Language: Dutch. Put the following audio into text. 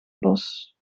bos